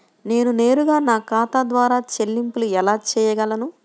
నేను నేరుగా నా ఖాతా ద్వారా చెల్లింపులు ఎలా చేయగలను?